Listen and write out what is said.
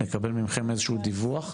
לקבל ממכם איזשהו דיווח.